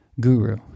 guru